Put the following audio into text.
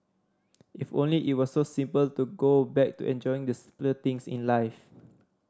if only it were so simple to go back to enjoying the simpler things in life